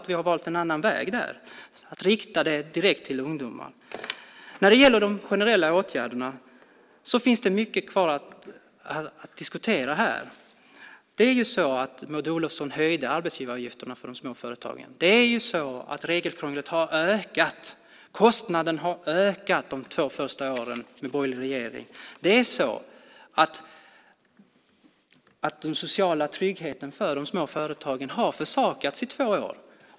Vi har valt en annan väg, nämligen att rikta det direkt till ungdomar. När det gäller de generella åtgärderna finns det mycket kvar att diskutera. Maud Olofsson höjde ju arbetsgivaravgifterna för de små företagen. Regelkrånglet har ökat. Kostnaden har ökat de två första åren med borgerlig regering. Den sociala tryggheten för de små företagen har försakats i två år.